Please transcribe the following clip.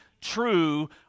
true